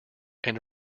and